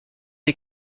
des